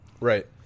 Right